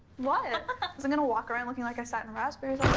what? ah i wasn't going to walk around looking like i sat in raspberries all